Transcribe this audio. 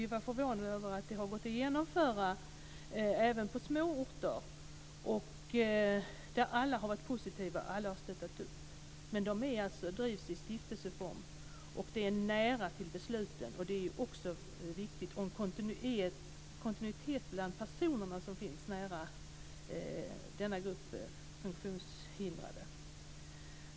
Vi var förvånade över att det gick att genomföra även på en liten ort. Alla har varit positiva och stöttat. De här verksamheterna drivs i stiftelseform. Det är nära till besluten, vilket också är viktigt. Dessutom finns det en kontinuitet när det gäller de personer som finns nära den här gruppen funktionshindrade.